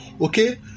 Okay